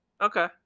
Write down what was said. okay